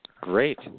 Great